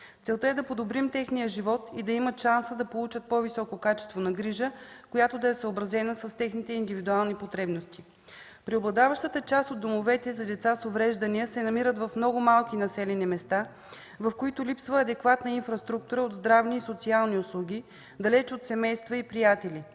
Целта е да подобрим техния живот и да имат шанса да получат по-високо качество на грижа, която е съобразена с техните индивидуални потребности. Преобладаващата част от домовете за деца с увреждания се намират в много малки населени места, в които липсва адекватна инфраструктура от здравни и социални услуги, далеч от семейства и приятели.